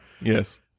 Yes